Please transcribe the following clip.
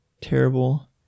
terrible